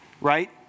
right